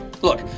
Look